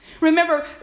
Remember